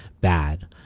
bad